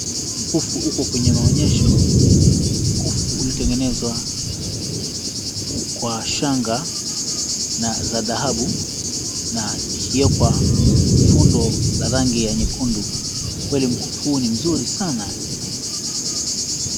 Mkufu uko kwenye maonyesho. Mkufu ulitengenezwa kwa shanga za dhahabu na ikiwekwa fundo la rangi ya nyekundu. Kweli mkufu huu ni mzuri sana.